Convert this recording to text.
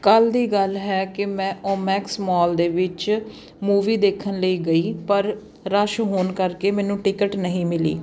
ਕੱਲ ਦੀ ਗੱਲ ਹੈ ਕਿ ਮੈਂ ਓਮੈਕਸ ਮੋਲ ਦੇ ਵਿੱਚ ਮੂਵੀ ਦੇਖਣ ਲਈ ਗਈ ਪਰ ਰਸ਼ ਹੋਣ ਕਰਕੇ ਮੈਨੂੰ ਟਿਕਟ ਨਹੀਂ ਮਿਲੀ